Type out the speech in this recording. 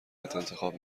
انتخاب